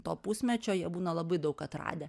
to pusmečio jie būna labai daug atradę